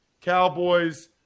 Cowboys